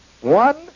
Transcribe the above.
one